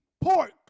pork